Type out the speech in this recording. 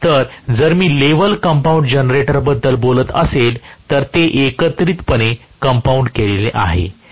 तर जर मी लेव्हल कंपाऊंड जनरेटरबद्दल बोलत असेल तर ते एकत्रितपणे कंपाऊंड केलेले आहे